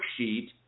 worksheet